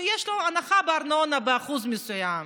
שיש יש לו הנחה בארנונה באחוז מסוים,